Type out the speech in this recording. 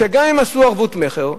גם אם עשו ערבות מכר,